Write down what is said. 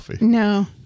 No